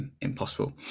impossible